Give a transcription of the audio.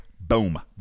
Boom